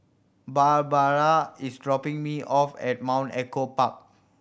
Barbara is dropping me off at Mount Echo Park